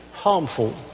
harmful